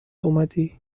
اومدی